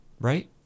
Right